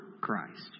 Christ